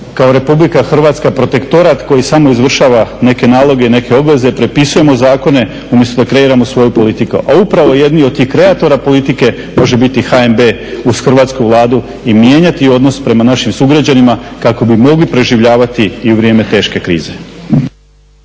kao RH protektorat koji samo izvršava neke naloge i neke obveze, prepisujemo zakone umjesto da kreiramo svoju politiku. A upravo jedni od tih kreatora politike može biti i HNB uz Hrvatsku vladu i mijenjati odnos prema našim sugrađanima kako bi mogli preživljavati i u vrijeme teške krize.